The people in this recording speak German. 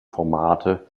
formate